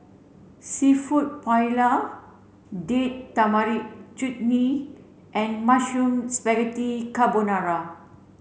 seafood Paella Date Tamarind Chutney and Mushroom Spaghetti Carbonara